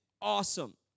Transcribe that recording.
awesome